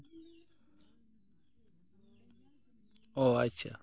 ᱚ ᱟᱪᱪᱷᱟ